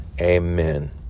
amen